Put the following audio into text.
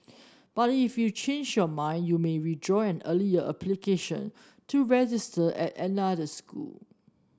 but if you change your mind you may withdraw an earlier application to register at another school